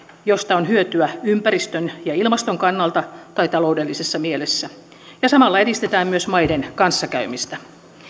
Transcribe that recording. joista on hyötyä ympäristön ja ilmaston kannalta tai taloudellisessa mielessä ja samalla edistetään myös maiden kanssakäymistä